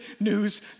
news